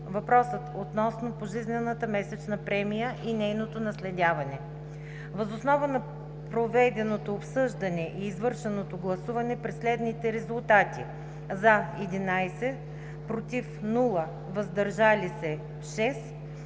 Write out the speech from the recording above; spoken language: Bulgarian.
въпроса относно пожизнената месечна премия и нейното наследяване. Въз основа на проведеното обсъждане и извършеното гласуване при следните резултати: „за“ – 11, без „против“ и „въздържали се“